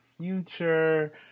future